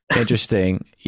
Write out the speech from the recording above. Interesting